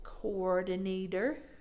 coordinator